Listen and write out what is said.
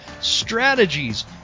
strategies